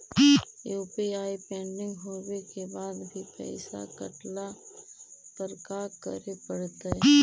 UPI pending होवे के बाद भी पैसा कटला पर का करे पड़तई?